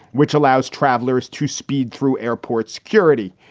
which allows travelers to speed through airport security.